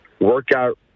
workout